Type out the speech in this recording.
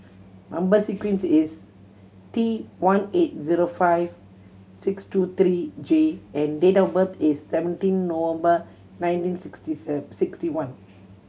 number sequence is T one eight zero five six two three J and date of birth is seventeen November nineteen sixty sixty one